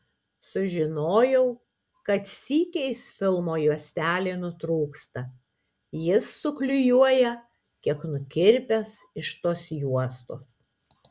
sužinojau kad sykiais filmo juostelė nutrūksta jis suklijuoja kiek nukirpęs iš tos juostos